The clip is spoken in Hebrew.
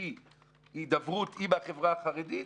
בלי הידברות עם החברה החרדית.